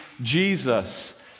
Jesus